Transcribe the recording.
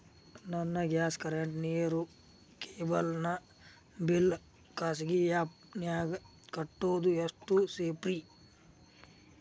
ನನ್ನ gas current, ನೇರು, cable ನ ಬಿಲ್ ಖಾಸಗಿ ಆ್ಯಪ್ ನ್ಯಾಗ್ ಕಟ್ಟೋದು ಎಷ್ಟು ಸೇಫ್ರಿ?